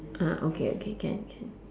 ah okay okay can can